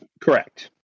correct